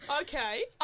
Okay